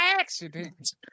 accident